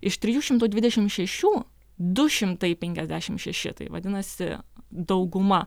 iš trijų šimtų dvidešim šešių du šimtai penkiasdešim šeši tai vadinasi dauguma